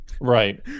Right